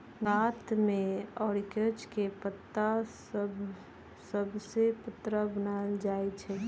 गुजरात मे अरिकोच के पात सभसे पत्रा बनाएल जाइ छइ